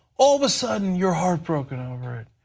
all of a sudden you are heartbroken over it.